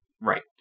Right